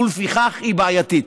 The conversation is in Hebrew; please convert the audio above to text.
ולפיכך היא בעייתית.